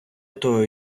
того